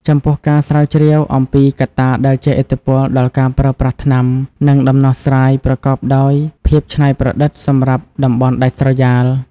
ចំពោះការស្រាវជ្រាវអំពីកត្តាដែលជះឥទ្ធិពលដល់ការប្រើប្រាស់ថ្នាំ និងដំណោះស្រាយប្រកបដោយភាពច្នៃប្រឌិតសម្រាប់តំបន់ដាច់ស្រយាល។